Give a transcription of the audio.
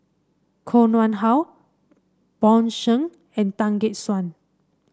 Koh Nguang How Bjorn Shen and Tan Gek Suan